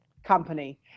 company